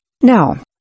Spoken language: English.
Now